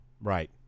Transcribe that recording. Right